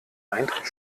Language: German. eintritt